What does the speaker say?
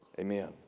amen